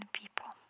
people